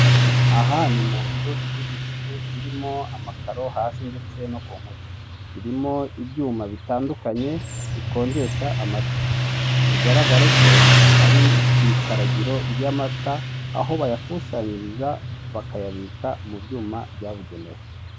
Aha ni mu nzu ifite isuku irimo amakaro hasi ndetse no ku nkuta. Irimo ibyuma bitandukanye bikonjesha amata, bigaragare ko ari ku ikaragiro ry'amata aho bayakusanyiriza bakayabika mu byuma byabugenewe.